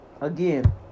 again